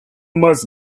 must